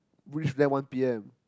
reach by one P_M